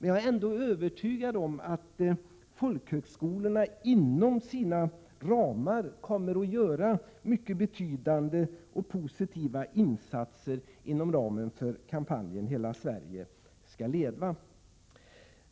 Jag är ändå övertygad om att folkhögskolorna kommer att göra betydande och positiva insatser inom ramen för kampanjen Hela Sverige skall leva.